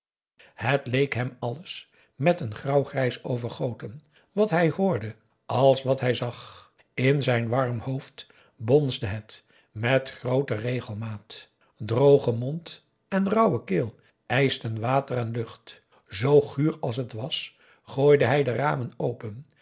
het leek hem alles met een grauwgrijs overgoten wat hij hoorde als wat hij zag in zijn warm hoofd bonsde het met groote regelmatigheid droge mond en rauwe keel eischten water en lucht zoo guur als het was gooide hij de ramen open